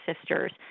Sisters